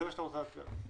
ועל זה אתה רוצה להצביע?